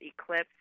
eclipse